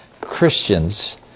Christians